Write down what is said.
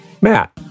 Matt